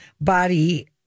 body